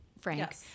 Frank